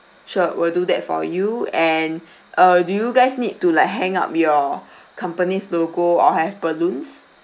sure will do that for you and uh do you guys need to like hang up your company's logo or have balloons